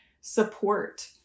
support